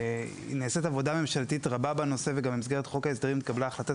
נעשית עבודה ממשלתית רבה בנושא וגם במסגרת חוק ההסדרים נתקבלה החלטת